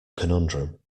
conundrum